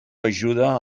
ajuda